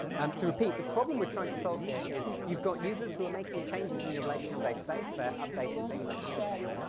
um repeat, the problem we're trying to solve here is you've got users who are making changes in your relational database, they're updating things, adding things.